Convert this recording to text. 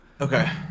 Okay